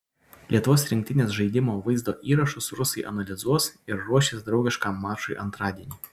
lietuvos rinktinės žaidimo vaizdo įrašus rusai analizuos ir ruošis draugiškam mačui antradienį